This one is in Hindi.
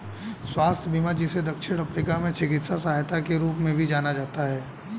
स्वास्थ्य बीमा जिसे दक्षिण अफ्रीका में चिकित्सा सहायता के रूप में भी जाना जाता है